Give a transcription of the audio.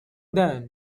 then